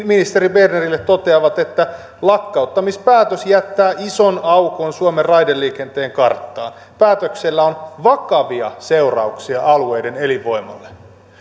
ministeri bernerille toteavat että lakkauttamispäätös jättää ison aukon suomen raideliikenteen karttaan päätöksellä on vakavia seurauksia alueiden elinvoimalle